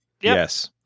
yes